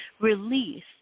release